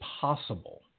possible